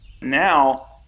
Now